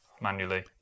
manually